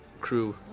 crew